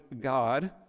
God